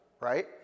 Right